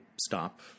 stop